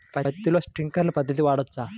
పత్తిలో ట్వింక్లర్ పద్ధతి వాడవచ్చా?